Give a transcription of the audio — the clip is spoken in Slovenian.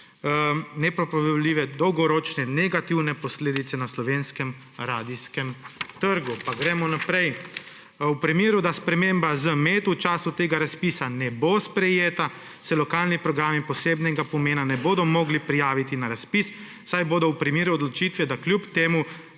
nepopravljive dolgoročne negativne posledice na slovenskem radijskem trgu.« Pa gremo naprej: »V primeru, da sprememba ZMed v času tega razpisa ne bo sprejeta, se lokalni programi posebnega pomena ne bodo mogli prijaviti na razpis, saj bodo v primeru odločitve, da kljub temu